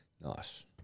Nice